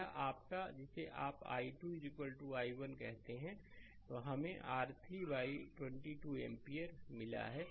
तो यह आपका है जिसे आप i2 i1 कहते हैं हमें R3 22 एम्पीयर मिला है